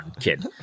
kid